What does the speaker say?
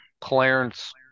Clarence